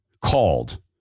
called